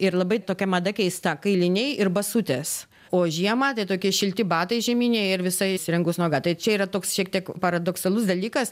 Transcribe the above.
ir labai tokia mada keista kailiniai ir basutės o žiemą tai tokie šilti batai žieminiai ir visa išrengus nuoga tai čia yra toks šiek tiek paradoksalus dalykas